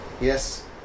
Yes